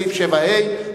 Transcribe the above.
המדברת על שסעיף 7ה המוצע,